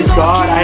god